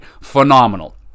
phenomenal